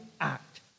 act